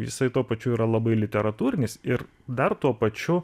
jisai tuo pačiu yra labai literatūrinis ir dar tuo pačiu